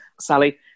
Sally